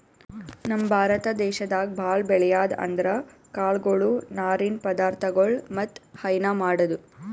ನಮ್ ಭಾರತ ದೇಶದಾಗ್ ಭಾಳ್ ಬೆಳ್ಯಾದ್ ಅಂದ್ರ ಕಾಳ್ಗೊಳು ನಾರಿನ್ ಪದಾರ್ಥಗೊಳ್ ಮತ್ತ್ ಹೈನಾ ಮಾಡದು